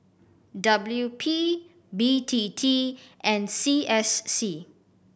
W P B T T and C S C